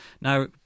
Now